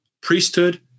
priesthood